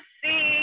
see